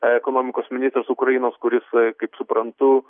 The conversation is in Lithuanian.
ekonomikos ministras ukrainos kuris kaip suprantu